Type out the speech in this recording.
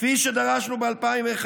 כפי שדרשנו ב-2011,